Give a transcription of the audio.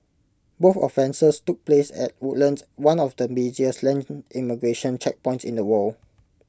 both offences took place at Woodlands one of the busiest land immigration checkpoints in the world